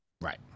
Right